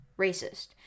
racist